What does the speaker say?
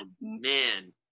Man